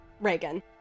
Reagan